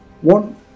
One